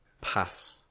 Pass